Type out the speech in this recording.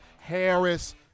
Harris